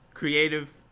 creative